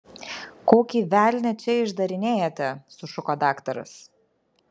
kokį velnią čia išdarinėjate sušuko daktaras